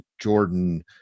Jordan